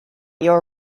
your